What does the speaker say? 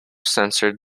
censored